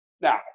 Now